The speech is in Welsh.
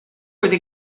wedi